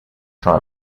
try